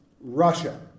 Russia